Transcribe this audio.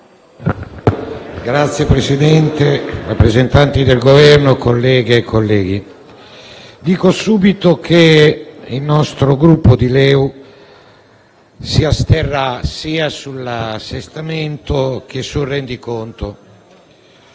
Signor Presidente, rappresentanti del Governo, colleghe e colleghi, dico subito che il Gruppo di LeU si asterrà sia sull'assestamento che sul rendiconto.